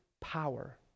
power